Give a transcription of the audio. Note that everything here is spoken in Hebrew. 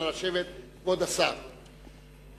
כבוד השר, בבקשה.